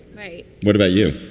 right. what about you?